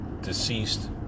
deceased